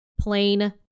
plain